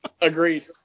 Agreed